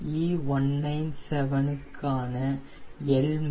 E197 க்கான CLmax 1